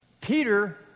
Peter